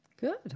good